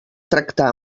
tractar